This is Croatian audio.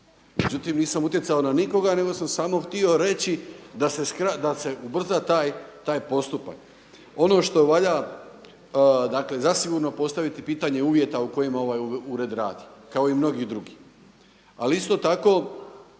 Međutim, nisam utjecao na nikoga, nego sam samo htio reći da se ubrza taj postupak. Ono što valja dakle, zasigurno je postaviti pitanje uvjeta u kojima ovaj ured radi kao i mnogi drugi. Ali isto tako,